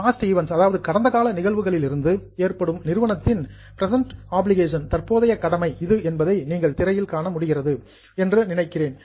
past events கடந்த கால நிகழ்வுகளிலிருந்து ஏற்படும் நிறுவனத்தின் பிரசன்ட் ஆப்ளிகேஷன் தற்போதைய கடமை இது என்பதை நீங்கள் திரையில் காண முடிகிறது என்று நினைக்கிறேன்